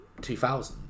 2000